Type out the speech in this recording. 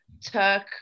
took